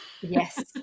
Yes